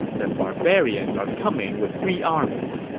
the barbarians are coming with three armies.